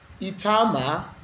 Itama